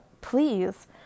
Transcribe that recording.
Please